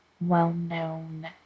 well-known